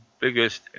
biggest